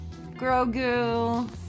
Grogu